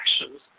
actions